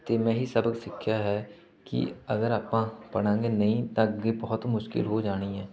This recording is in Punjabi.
ਅਤੇ ਮੈਂ ਇਹੀ ਸਬਕ ਸਿੱਖਿਆ ਹੈ ਕਿ ਅਗਰ ਆਪਾਂ ਪੜ੍ਹਾਂਗੇ ਨਹੀਂ ਤਾਂ ਅੱਗੇ ਬਹੁਤ ਮੁਸ਼ਕਲ ਹੋ ਜਾਣੀ ਹੈ